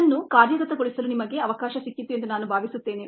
ಇದನ್ನು ಕಾರ್ಯಗತಗೊಳಿಸಲು ನಿಮಗೆ ಅವಕಾಶ ಸಿಕ್ಕಿತು ಎಂದು ನಾನು ಭಾವಿಸುತ್ತೇನೆ